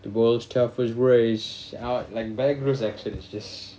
the world's toughest race out like bear grylls actually is just